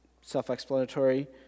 self-explanatory